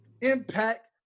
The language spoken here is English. impact